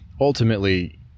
ultimately